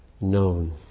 known